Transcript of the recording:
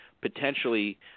potentially